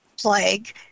plague